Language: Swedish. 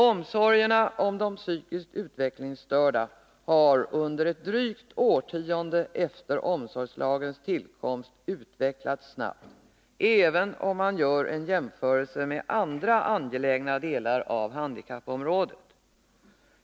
Omsorgerna om de psykiskt utvecklingsstörda har under ett drygt årtionde efter omsorgslagens tillkomst utvecklats snabbt, även i jämförelse med andra angelägna delar av handikappområdet.